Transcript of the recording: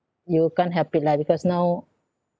you can't help it lah because now